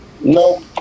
No